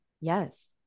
Yes